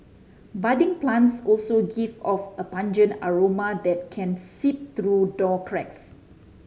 budding plants also give off a pungent aroma that can seep through door cracks